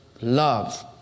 love